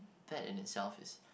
that in itself is